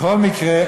בכל מקרה,